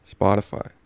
spotify